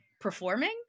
performing